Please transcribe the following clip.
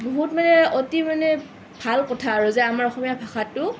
বহুত মানে অতি মানে ভাল কথা আৰু যে আমাৰ অসমীয়া ভাষাটো